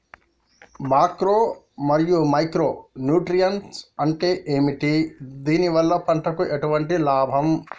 Macro మరియు micro nutrients అంటే ఏమిటి? దీనివల్ల పంటకు ఎటువంటి లాభం?